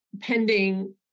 pending